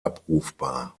abrufbar